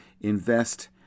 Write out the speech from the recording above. invest